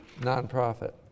nonprofit